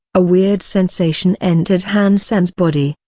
a weird sensation entered han sen's body,